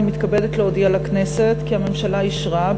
אני מתכבדת להודיע לכנסת כי הממשלה אישרה,